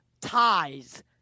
ties